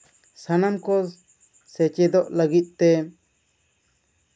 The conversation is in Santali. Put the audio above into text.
ᱥᱟᱱᱟᱢ ᱠᱚ ᱥᱮᱪᱮᱫᱚᱜ ᱞᱟᱹᱜᱤᱫ ᱛᱮ